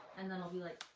and then i'll be like,